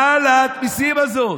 מה העלאת המיסים הזאת?